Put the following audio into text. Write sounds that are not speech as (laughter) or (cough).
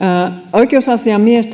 oikeusasiamies (unintelligible)